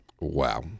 Wow